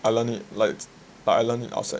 I learn it like I learn it outside